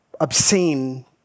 obscene